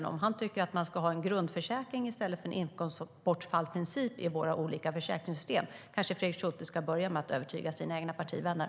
Om Fredrik Schulte tycker att man ska ha en grundförsäkring i stället för en inkomstbortfallsprincip i våra olika försäkringssystem kanske han ska börja med att övertyga sina egna partivänner.